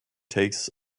takes